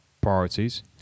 priorities